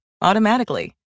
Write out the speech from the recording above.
automatically